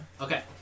Okay